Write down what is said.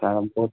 sir ବହୁତ